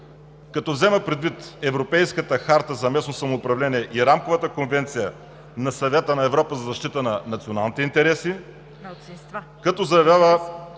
като взема предвид Европейската харта за местното самоуправление и Рамковата конвенция на Съвета на Европа за защита на националните интереси;“